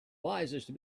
wisest